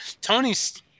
Tony's